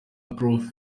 prof